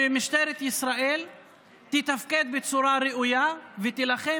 שמשטרת ישראל תתפקד בצורה ראויה ותילחם